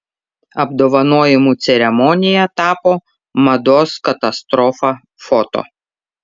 apdovanojimų ceremonija tapo mados katastrofa foto